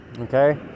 Okay